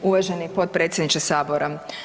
Uvaženi potpredsjedniče Sabora.